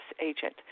agent